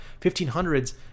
1500s